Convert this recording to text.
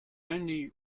only